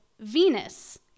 Venus